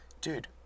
dude